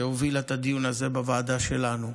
שהובילה את הדיון הזה בוועדה שלנו.